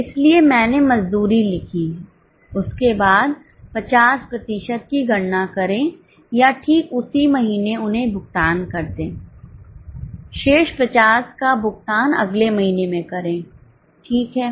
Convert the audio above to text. इसलिए मैंने मजदूरी लिखी है उसके बाद 50 प्रतिशत की गणना करें या ठीक उसी महीने उन्हें भुगतान कर दे शेष 50 का भुगतान अगले महीने में करें ठीक है